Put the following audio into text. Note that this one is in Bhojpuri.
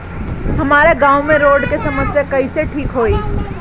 हमारा गाँव मे रोड के समस्या कइसे ठीक होई?